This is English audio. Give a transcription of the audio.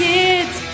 Kids